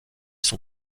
son